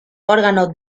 órganos